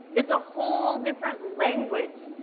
it's a whole different language.